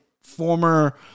former